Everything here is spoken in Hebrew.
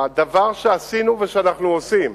הדבר שעשינו ושאנחנו עושים,